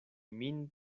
min